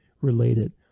related